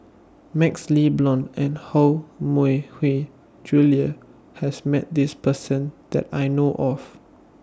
MaxLe Blond and Koh Mui Hiang Julie has Met This Person that I know of